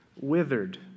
withered